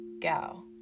go